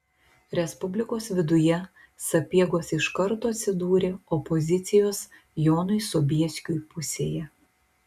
respublikos viduje sapiegos iš karto atsidūrė opozicijos jonui sobieskiui pusėje